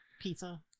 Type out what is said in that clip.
pizza